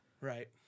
Right